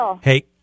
Hey